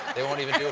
they won't even